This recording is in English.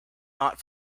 not